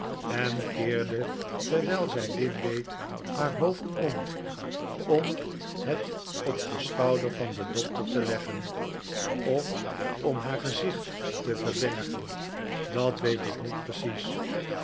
en keerde terwijl zij dit deed haar hoofd om om het op den schouder van den doctor te leggen of om haar gezicht te verbergen dat weet ik niet precies